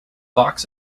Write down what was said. box